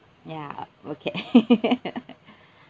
ya okay